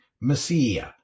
Messiah